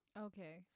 Okay